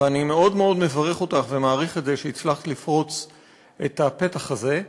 ואני מאוד מאוד מברך אותך ומעריך את זה שהצלחת לפרוץ את הפתח הזה,